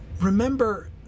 Remember